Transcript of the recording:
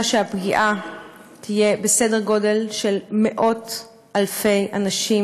שהפגיעה תהיה בסדר גודל של מאות אלפי אנשים,